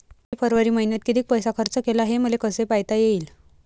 मी फरवरी मईन्यात कितीक पैसा खर्च केला, हे मले कसे पायता येईल?